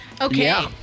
Okay